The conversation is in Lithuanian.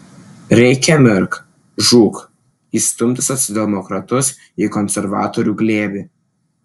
reikia mirk žūk įstumti socialdemokratus į konservatorių glėbį